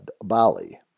Bali